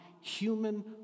human